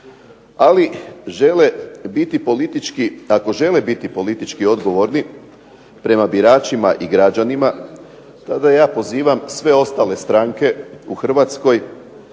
Ako žele biti politički odgovorni prema biračima i građanima, tada ja pozivam sve ostale stranke u HRvatskoj